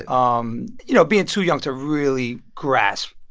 um you know, being too young to really grasp,